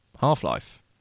half-life